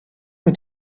mit